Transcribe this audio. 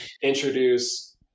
introduce